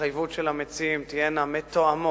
בהתחייבות של המציעים, תהיינה מתואמות